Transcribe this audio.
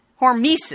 Hormesis